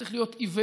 צריך להיות עיוור